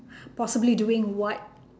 possibly doing what